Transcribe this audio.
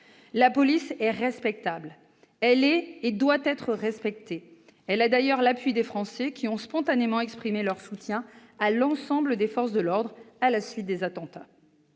La police est respectable, elle est et doit être respectée ! Elle a d'ailleurs l'appui des Français, qui ont spontanément exprimé leur soutien à l'ensemble des forces de l'ordre, à la suite des attentats.